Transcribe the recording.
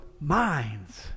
minds